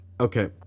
Okay